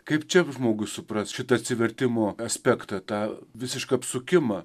kaip čiav žmogus suprask šitą atsivertimo aspektą tą visišką apsukimą